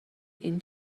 این